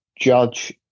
judge